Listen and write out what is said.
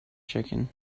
chicken